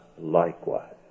likewise